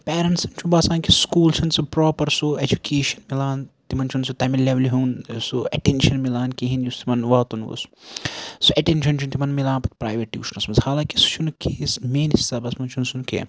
پیرنٹسن چھُ باسان کہِ سکوٗل چھُنہٕ سُہ پروپر سُہ ایجوٗکیشن مِلان تِمن چھُنہٕ سُہ تَمہِ لیولہِ ہُند سُہ ایٹیشن مِلان کِہیٖنۍ یُس یِمن واتُن گوٚژھ سُہ ایٹینشن چھُنہٕ تِمن مِلان پَتہٕ پریویٹ ٹوٗشنَس منٛز حالانکہِ سُہ چھُنہٕ کِہِس میٲنِس حِسابَس منٛز چھُنہٕ سُہ کیٚنہہ